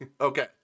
Okay